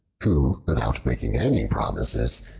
who, without making any promises,